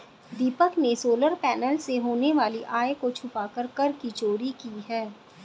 दीपक ने solar panel से होने वाली आय को छुपाकर कर की चोरी की है